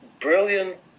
brilliant